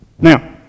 Now